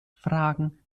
fragen